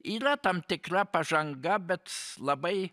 yra tam tikra pažanga bet labai